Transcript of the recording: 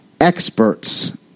experts